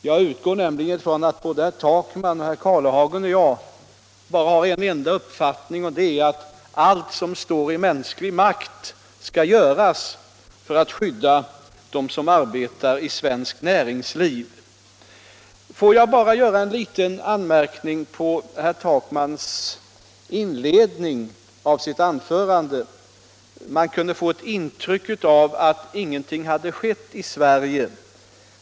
Jag utgår ifrån att herr Takman, herr Karlehagen och jag har den uppfattningen att allt som står i mänsklig makt skall göras för att skydda dem som arbetar i svenskt näringsliv. Får jag bara göra en liten anmärkning mot herr Takmans inledning. Man kunde få ett intryck av att ingenting hade skett i Sverige.